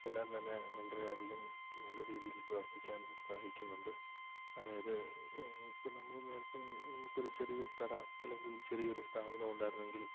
എല്ലാം തന്നെ വളരെയധികം നല്ല രീതിയിൽ പ്രവർത്തിക്കാൻ സഹായിക്കുന്നുണ്ട് അതായത് ഇപ്പോള് നമ്മള് നേരത്തെ നമുക്കൊരു ചെറിയ കട അല്ലെങ്കിൽ ചെറിയൊരു സ്ഥാപനമുണ്ടായിരുന്നെങ്കിൽ